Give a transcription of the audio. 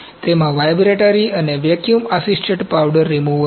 તેમાં વાઇબ્રેટરી અને vacuum assisted powder removal છે